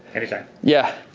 anytime. yeah.